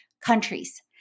countries